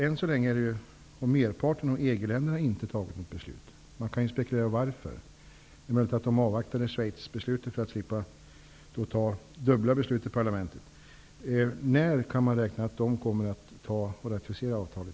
Ännu så länge har ju merparten av EG-länderna inte fattat beslut. Man kan spekulera i orsakerna. Det är möjligt att de avvaktat Schweiz beslut för att slippa fatta dubbla beslut i sina parlament. När kan man räkna med en ratificering av avtalet?